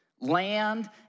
land